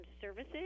services